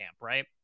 right